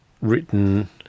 written